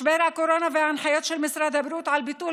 משבר הקורונה וההנחיות של משרד הבריאות על ביטול